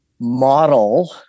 model